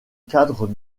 cadre